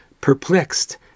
perplexed